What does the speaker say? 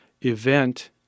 event